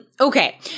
Okay